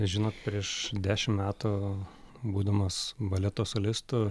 žinot prieš dešim metų būdamas baleto solistu